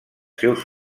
seus